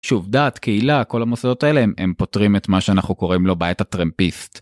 שוב, דת, קהילה, כל המוסדות האלה הם פותרים את מה שאנחנו קוראים לו בעית הטרמפיסט.